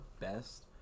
best